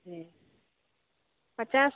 जी पचास